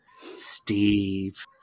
Steve